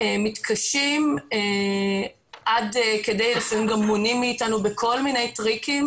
מתקשים עד כדי שלפעמים גם מונעים מאתנו בכל מיני טריקים